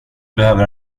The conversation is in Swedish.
behöver